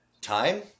time